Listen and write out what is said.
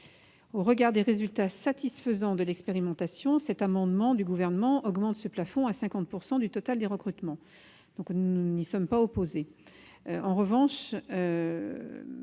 Au regard des résultats satisfaisants de cette expérimentation, l'amendement n° 491 du Gouvernement vise à augmenter ce plafond à 50 % du total des recrutements. Nous n'y sommes pas opposés,